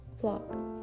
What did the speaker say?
flock